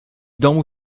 domu